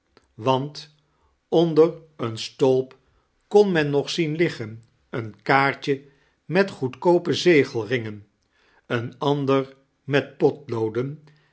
want onder een stolp kon men nog zien liggen een kaartje met goedkoope zegelringen een ander met potlooden